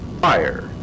Fire